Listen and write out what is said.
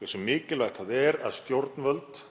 hversu mikilvægt það er að stjórnvöld